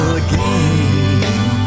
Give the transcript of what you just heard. again